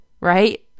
right